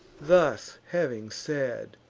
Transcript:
thus having said,